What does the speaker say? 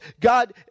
god